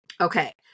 okay